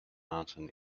martin